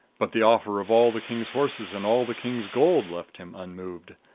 but the offer of all the king's horses and all the king's gold left him unmoved.